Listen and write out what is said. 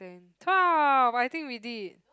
twelve I think we did